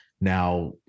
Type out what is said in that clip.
Now